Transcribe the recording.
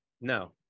No